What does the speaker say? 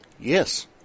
Yes